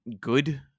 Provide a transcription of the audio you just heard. good